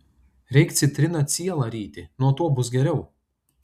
reik citriną cielą ryti nuo to bus geriau